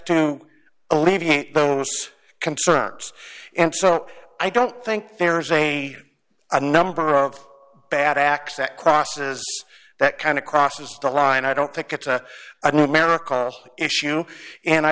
to alleviate those concerns and so i don't think there's a number of bad acts that crosses that kind of crosses the line i don't think it's an american issue and i